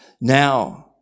Now